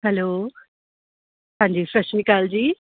hello ਹਾਂਜੀ ਸਤਿ ਸ਼੍ਰੀ ਅਕਾਲ ਜੀ